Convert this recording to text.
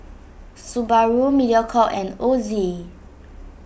Subaru Mediacorp and Ozi